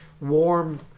warm